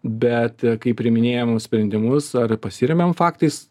bet kai priiminėjam sprendimus ar pasiremiam faktais